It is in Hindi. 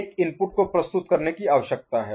एक इनपुट को प्रस्तुत करने की आवश्यकता है